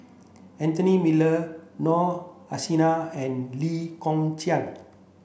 Anthony Miller Noor Aishah and Lee Kong Chian